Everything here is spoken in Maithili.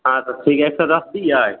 हँ तऽ ठीक एक सए दश दियै